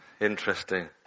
Interesting